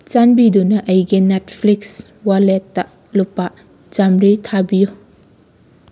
ꯆꯥꯟꯕꯤꯗꯨꯅ ꯑꯩꯒꯤ ꯅꯦꯠꯐ꯭ꯂꯤꯛꯁ ꯋꯥꯂꯦꯠꯇ ꯂꯨꯄꯥ ꯆꯃꯔꯤ ꯊꯥꯕꯤꯌꯨ